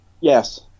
Yes